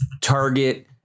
Target